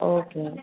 okay